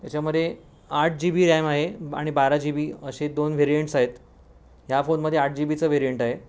त्याच्यामध्ये आठ G B RAM आहे आणि बारा जी बी असे दोन व्हेरिएंटस आहेत या फोनमध्ये आठ जी बीचं व्हेरिएंट आहे